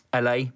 LA